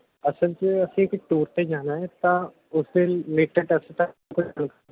ਅਸਲ 'ਚ ਅਸੀਂ ਇੱਕ ਟੂਰ 'ਤੇ ਜਾਣਾ ਹੈ ਤਾਂ ਉਸਦੇ ਰਿਲੇਟਿਡ ਅਸੀਂ